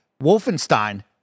Wolfenstein